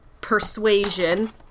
persuasion